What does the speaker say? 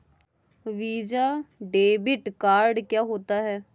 Visa debit card क्या होता है?